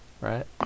Right